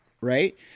right